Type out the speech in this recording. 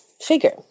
figure